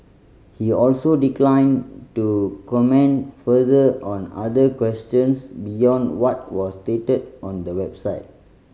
he also declined to comment further on other questions beyond what was stated on the website